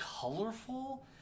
colorful